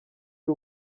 y’u